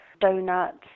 donuts